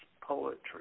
poetry